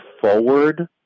forward